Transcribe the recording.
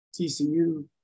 TCU